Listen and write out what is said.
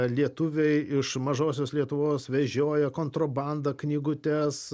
lietuviai iš mažosios lietuvos vežioja kontrabandą knygutes